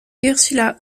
ursula